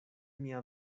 mia